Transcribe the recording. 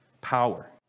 Power